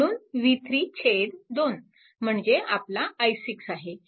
म्हणून v3 2 म्हणजे आपला i6 आहे